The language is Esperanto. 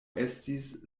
estis